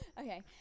Okay